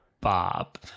Bob